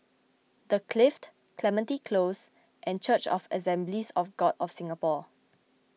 the Clift Clementi Close and Church of Assemblies of God of Singapore